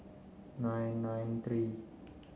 nine nine three